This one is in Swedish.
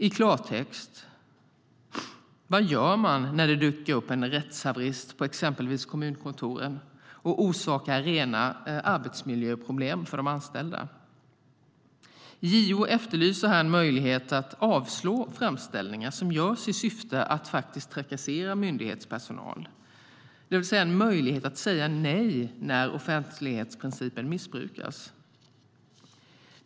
I klartext: Vad gör man när det dyker upp en rättshaverist på exempelvis kommunkontoret och orsakar rena arbetsmiljöproblem för de anställda? JO efterlyser här en möjlighet att avslå framställningar i syfte att trakassera myndighetspersonal, det vill säga en möjlighet att säga nej när offentlighetsprincipen missbrukas.